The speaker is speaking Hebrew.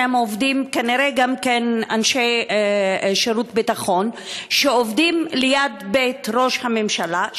כנראה אנשי שירות ביטחון שעובדים ליד בית ראש הממשלה,